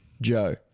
joe